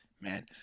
man